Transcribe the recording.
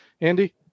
Andy